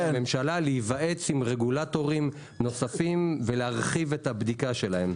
לממשלה להיוועץ עם רגולטורים נוספים ולהרחיב את הבדיקה שלהם.